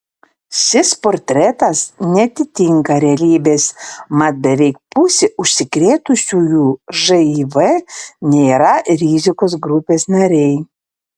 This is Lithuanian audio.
šis portretas neatitinka realybės mat beveik pusė užsikrėtusiųjų živ nėra rizikos grupės nariai